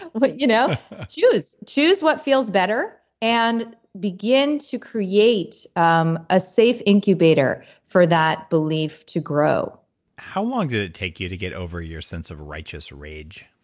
you know choose. choose what feels better and begin to create um a safe incubator for that belief to grow how long did it take you to get over your sense of righteous rage?